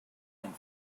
and